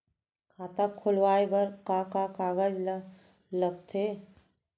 खाता खोलवाये बर का का कागज ल लगथे?